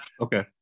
okay